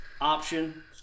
option